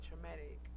traumatic